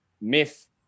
myth